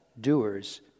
doers